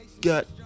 got